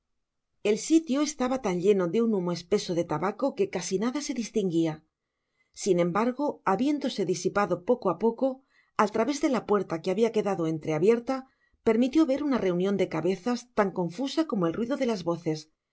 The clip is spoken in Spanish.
el sitio estaba tan lleno de un humo espeso de tabaco que casi nada se distinguia sin embargo habiéndose disipado poco á poco al través de la puerta que habia quedado entreabierta permitió ver una reunion de cabezas tan confusa como el ruido de las voces y